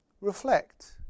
reflect